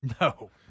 No